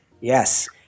Yes